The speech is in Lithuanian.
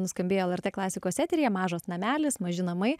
nuskambėjo lrt klasikos eteryje mažas namelis maži namai